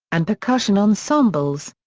and percussion ensembles.